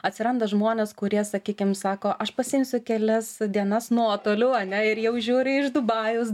atsiranda žmonės kurie sakykim sako aš pasiimsiu kelias dienas nuotoliu ane ir jau žiūri iš dubajaus